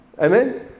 Amen